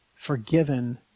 forgiven